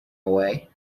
away